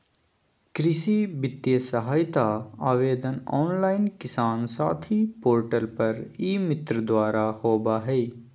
कृषि वित्तीय सहायता आवेदन ऑनलाइन किसान साथी पोर्टल पर ई मित्र द्वारा होबा हइ